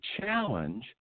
challenge